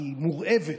היא מורעבת,